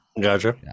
Gotcha